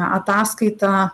na ataskaita